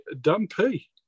Dumpy